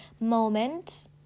moment